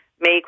make